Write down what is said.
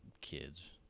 kids